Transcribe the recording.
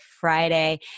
Friday